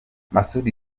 masud